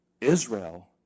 Israel